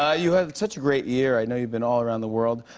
ah you had such a great year. i know you've been all around the world,